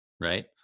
right